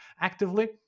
actively